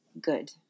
good